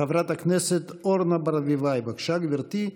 חברת הכנסת אורנה ברביבאי, בבקשה, גברתי.